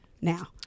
now